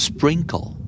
Sprinkle